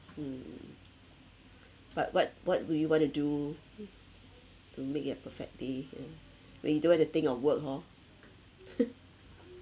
mm but what what would you want to do to make it a perfect day and when you don't have to think of work hor